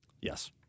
Yes